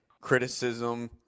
criticism